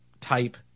type